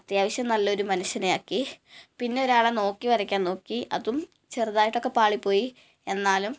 അത്യാവശ്യം നല്ലൊരു മനുഷ്യനെ ആക്കി പിന്നെ ഒരാളെ നോക്കി വരയ്ക്കാൻ നോക്കി അതും ചെറുതായിട്ടൊക്കെ പാളിപ്പോയി എന്നാലും